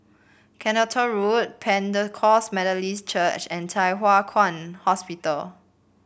Clacton Road Pentecost Methodist Church and Thye Hua Kwan Hospital